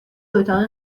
اتاق